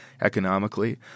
economically